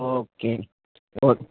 okay okay